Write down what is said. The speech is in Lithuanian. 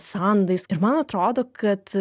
sandais ir man atrodo kad